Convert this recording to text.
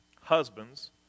Husbands